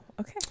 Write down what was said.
okay